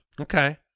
Okay